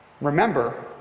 Remember